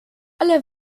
alle